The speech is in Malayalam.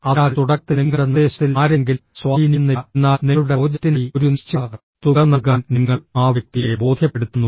അതിനാൽ തുടക്കത്തിൽ നിങ്ങളുടെ നിർദ്ദേശത്തിൽ ആരെയെങ്കിലും സ്വാധീനിക്കുന്നില്ല എന്നാൽ നിങ്ങളുടെ പ്രോജക്റ്റിനായി ഒരു നിശ്ചിത തുക നൽകാൻ നിങ്ങൾ ആ വ്യക്തിയെ ബോധ്യപ്പെടുത്തുന്നു